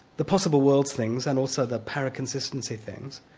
the possible worlds things, and also the paraconsistency things,